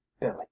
Billy